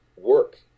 work